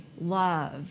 love